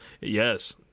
yes